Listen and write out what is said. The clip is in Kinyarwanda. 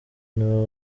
nibo